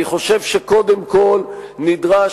אני חושב שקודם כול נדרש,